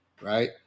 Right